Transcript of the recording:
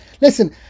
Listen